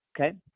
Okay